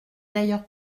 d’ailleurs